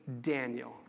Daniel